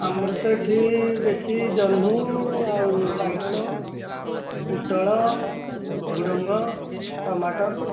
ଆମର ତ ଏଠି ବେଶୀ ଜହ୍ନି ଆଉ ବାଇଗଣ ପୋଟଳ ଝୁଡ଼ଙ୍ଗ ଟମାଟର